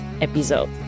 episode